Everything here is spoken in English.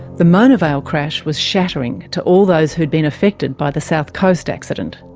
the mona vale crash was shattering to all those who'd been affected by the south coast accident.